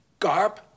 Garp